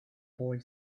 boy